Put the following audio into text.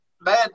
man